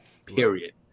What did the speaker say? Period